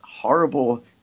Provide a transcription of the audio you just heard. horrible